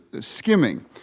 skimming